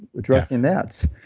addressing that.